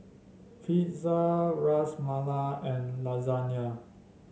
Pizza Ras Malai and Lasagna